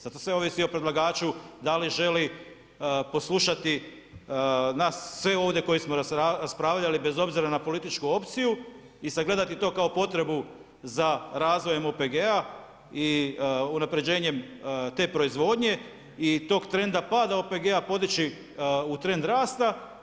Sad to sve ovisi o predlagaču da li želi poslušati nas sve ovdje koji smo raspravljali bez obzira na političku opciju i sagledati to kao potrebu za razvojem OPG-a i unapređenjem te proizvodnje i tog trenda pada OPG-a podići u trend rasta.